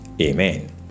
Amen